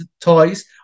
toys